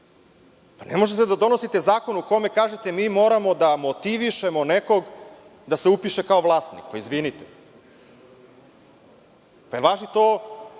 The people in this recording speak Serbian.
Ne možete da donosite zakon o kome kažete – mi moramo da motivišemo nekog da se upiše kao vlasnik. Izvinite. Da li važi to